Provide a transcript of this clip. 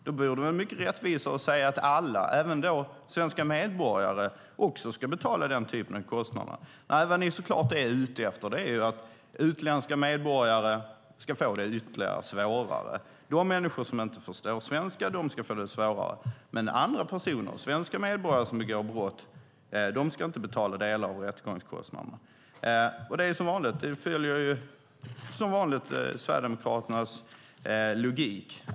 Det vore ju mycket rättvisare att säga att alla, även svenska medborgare, ska betala den typen av kostnader. Det ni såklart är ute efter är att utländska medborgare ska få det ännu svårare. De människor som inte förstår svenska ska få det svårare, men svenska medborgare som begår brott ska inte betala delar av rättegångskostnaderna. Det följer som vanligt Sverigedemokraternas logik.